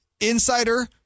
insider